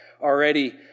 already